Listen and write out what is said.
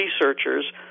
researchers